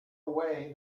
away